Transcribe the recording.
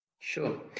Sure